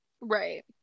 Right